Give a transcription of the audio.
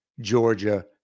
Georgia